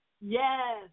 Yes